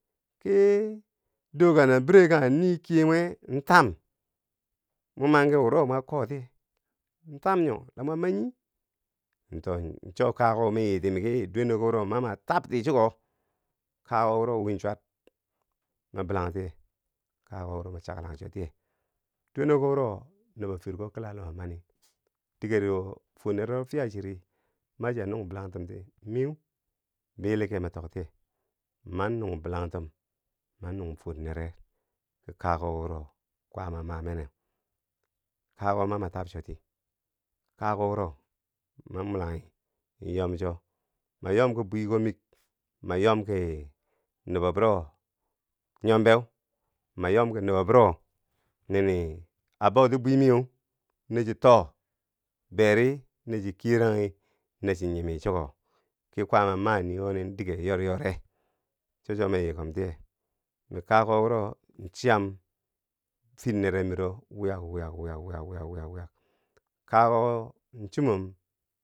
ki dooka nabire kanghe nii, kiye mwe tam, mo manki wuro mo kotiye tam nyo la mo manyi, to cho kakukko mi yiti miki dweneko wuro ma ma tabti chiko, kakukko wuro win chwat, ma bilang tiye, kakukko wuro ma. chaklang cho tiye dwene ko wuro nubo firko kila luma mani digero fwor nerero fiya chiri mani chiya nung bilangtumti miu bilenke matok tiye man nung bilangtum, man nung fwor neret ki kakukko wuro kwaama ma meneu, kakukko wo ma ma tab choti, kakukko wuro man mulanghi yom cho, ma yom ki bwikok miik ma yom ki nubo buro nyombeu, ma yomki nubo wuro nini a bouti bwi miyeu na chi too, beri na chi kiyeranghi nachi nyimi chiko ki. kwaama ma nii wo nin dige yoryore, cho chuwo ma yii kom tiye mi kakukko wuro chiyam fir nere miro wiyak wiyak wiyak wiyak wiyak wiyak wiyak kakukko wo chimom.